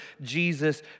Jesus